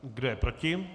Kdo je proti?